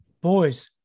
Boys